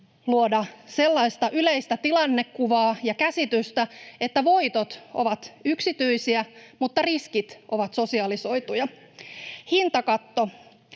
luoda sellaista yleistä tilannekuvaa ja käsitystä, että voitot ovat yksityisiä mutta riskit ovat sosialisoituja. [Jani